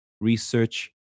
Research